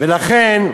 ולכן,